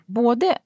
både